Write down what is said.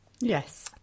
yes